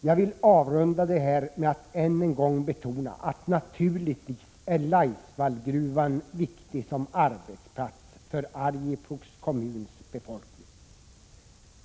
Jag vill avrunda mitt inlägg här med att ännu en gång betona att Laisvallgruvan naturligtvis är viktig som arbetsplats för Arjeplogs kommuns befolkning.